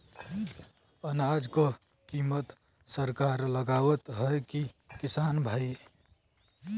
अनाज क कीमत सरकार लगावत हैं कि किसान भाई?